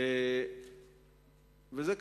זה,